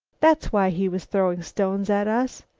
that's why he was throwing stones at us.